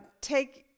take